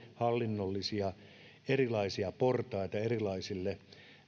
hallinnollisia portaita erilaisille